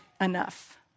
enough